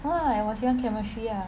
!huh! 我喜欢 chemistry lah